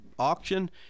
auction